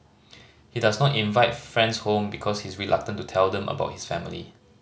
he does not invite friends home because he is reluctant to tell them about his family